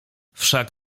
wszak